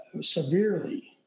Severely